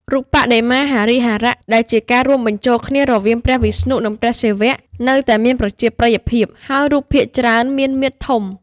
រូបបដិមាហរិហរៈ ដែលជាការរួមបញ្ចូលគ្នារវាងព្រះវិស្ណុ និងព្រះសិវៈ នៅតែមានប្រជាប្រិយភាព ហើយរូបភាគច្រើនមាន មាឌធំ។